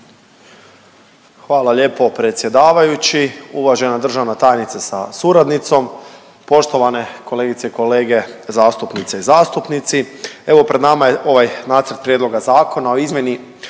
Hvala lijepo predsjedavajući. Uvažena državna tajnice sa suradnicom, poštovane kolegice i kolege zastupnice i zastupnici. Evo pred nama je ovaj Nacrt prijedloga zakona o izmjeni